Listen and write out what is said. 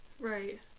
Right